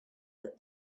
that